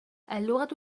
اللغة